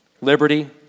liberty